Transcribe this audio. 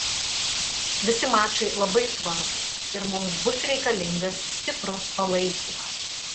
visi mačai labai svarbūs ir mums bus reikalingas stiprus palaikymas